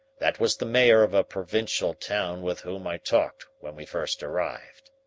that was the mayor of a provincial town with whom i talked when we first arrived.